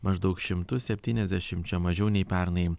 maždaug šimtu septyniasdešimčia mažiau nei pernai